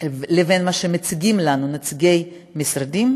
בין מה שמציגים לנו נציגי המשרדים,